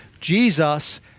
Jesus